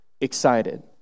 excited